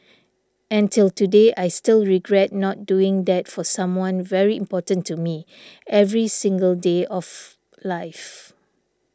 and till today I still regret not doing that for someone very important to me every single day of life